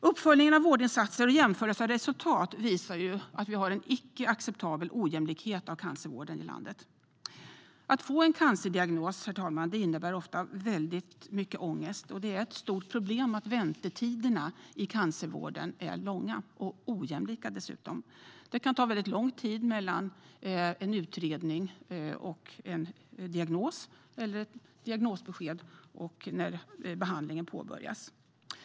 Uppföljning av vårdinsatser och jämförelser av resultat visar att vi har en icke acceptabel ojämlikhet inom cancervården i vårt land. Att få en cancerdiagnos, herr talman, innebär ofta mycket ångest, och det är ett stort problem att väntetiderna i cancervården är långa och dessutom ojämlika. Det kan ta lång tid mellan en utredning och en diagnos och mellan diagnosbesked och påbörjad behandling.